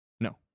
No